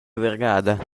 vargada